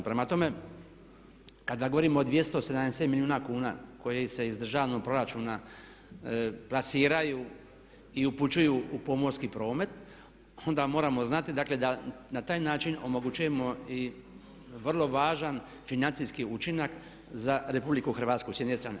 Prema tome kada govorimo o 270 milijuna kuna koje se iz državnog proračuna plasiraju i upućuju u pomorski promet onda moramo znati dakle da na taj način omogućavamo i vrlo važan financijski učinak za RH s jedne strane.